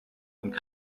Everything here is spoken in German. und